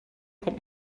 kommt